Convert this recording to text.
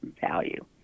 value